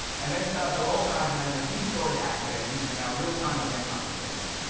and then start to organize around the key story aspects using our real time event understanding.